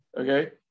okay